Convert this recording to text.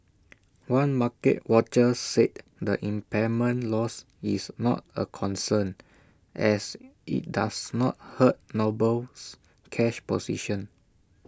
one market watcher said the impairment loss is not A concern as IT does not hurt Noble's cash position